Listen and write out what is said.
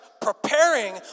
preparing